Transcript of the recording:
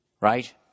right